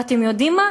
אתם יודעים מה?